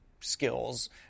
skills